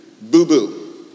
boo-boo